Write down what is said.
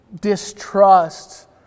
distrust